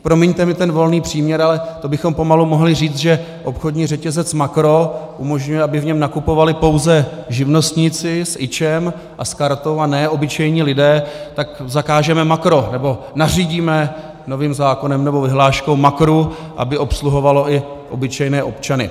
Promiňte mi ten volný příměr, ale to bychom pomalu mohli říci, že obchodní řetězec Makro umožňuje, aby v něm nakupovali pouze živnostníci s IČO a s kartou a ne obyčejní lidé, tak zakážeme Makro nebo nařídíme novým zákonem nebo vyhláškou Makru, aby obsluhovalo i obyčejné občany.